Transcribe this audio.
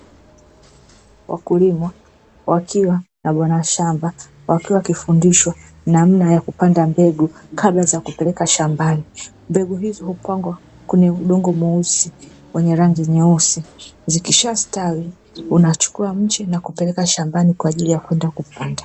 Wakulima wakiwa na bwana shamba, wakiwa wakifundishwa namna ya kupanda mbegu kabla ya kupeleka shambani. Mbegu hizo hupandwa kwenye udongo mweusi wenye rangi nyeusi, zikishastawi unachukua mche na kupeleka shambani kwa ajili ya kwenda kupandwa.